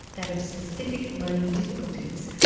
that of specific learning difficulties.